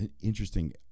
interesting